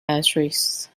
asterisk